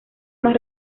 más